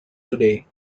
today